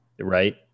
right